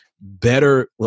better